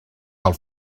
del